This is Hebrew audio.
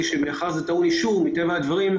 שמאחר שזה טעון אישור של הוועדה,